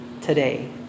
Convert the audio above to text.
today